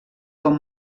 com